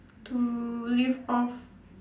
to live off